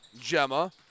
Gemma